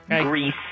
Greece